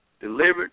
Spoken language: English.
delivered